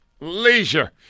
leisure